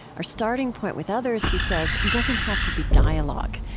our starting point with others, he says, doesn't have to be dialogue.